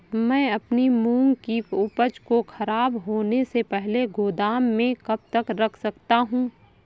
मैं अपनी मूंग की उपज को ख़राब होने से पहले गोदाम में कब तक रख सकता हूँ?